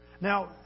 Now